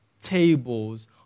tables